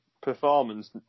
performance